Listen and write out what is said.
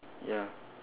ya